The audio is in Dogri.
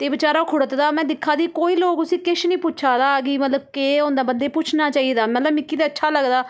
ते बचैरा खड़ोते दा हा में दिक्खा दी ही कोई लोक उसी किश नी पिच्छै दा कि मतलब केह् होंदा बंदे कि पुच्छना चाहि्दा मतलब मिगी ते अच्छा लगदा